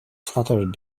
fluttered